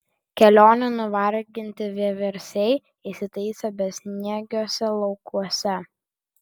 kelionių nuvarginti vieversiai įsitaisė besniegiuose laukuose